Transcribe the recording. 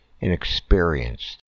inexperienced